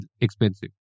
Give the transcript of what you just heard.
expensive